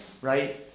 right